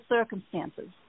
circumstances